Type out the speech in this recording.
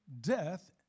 death